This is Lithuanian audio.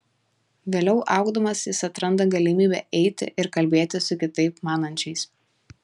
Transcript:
vėliau augdamas jis atranda galimybę eiti ir kalbėtis su kitaip manančiais